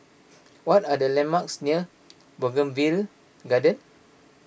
what are the landmarks near Bougainvillea Garden